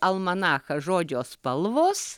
almanachą žodžio spalvos